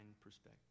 perspective